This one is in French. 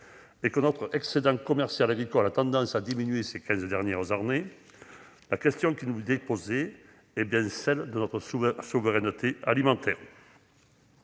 et que notre excédent commercial agricole a tendance à diminuer depuis une quinzaine d'années, la question qui nous est posée est bien celle de notre souveraineté alimentaire.